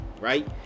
right